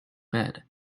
bed